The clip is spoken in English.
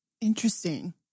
Interesting